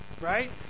right